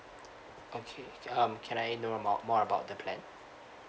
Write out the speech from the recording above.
okay um can I know about more about the plan